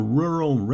rural